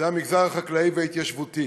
וזה המגזר החקלאי וההתיישבותי.